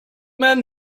man